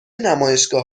نمایشگاه